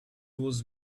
was